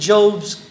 Job's